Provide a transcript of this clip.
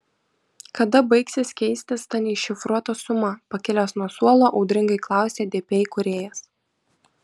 kada baigsis keistis ta neiššifruota suma pakilęs nuo suolo audringai klausė dp įkūrėjas